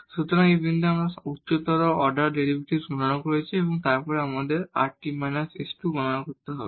সুতরাং এই বিন্দু আমরা এই সমস্ত উচ্চতর অর্ডার ডেরিভেটিভস গণনা করেছি এবং তারপর আমাদের rt − s2 গণনা করতে হবে